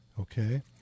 Okay